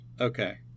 Okay